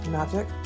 magic